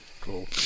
Cool